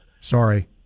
Sorry